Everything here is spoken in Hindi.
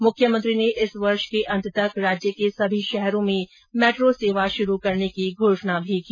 मुख्यमंत्री ने इस वर्ष के अंत तक राज्य के सभी शहरों में मेट्रो सेवा शुरू करने की घोषणा भी की